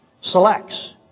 selects